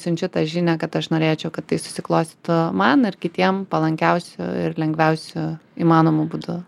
siunčiu tą žinią kad aš norėčiau kad tai susiklostytų man ar kitiem palankiausiu ir lengviausiu įmanomu būdu